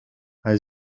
hij